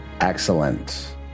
Excellent